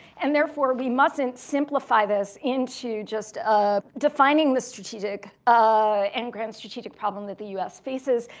and therefore, we mustnt simplify this into just ah defining the strategic ah and grand strategic problem that the u s. faces,